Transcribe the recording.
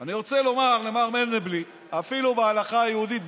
אני רוצה לומר למר מנדלבליט: אפילו בהלכה היהודית,